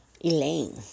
Elaine